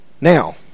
Now